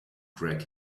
greg